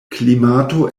klimato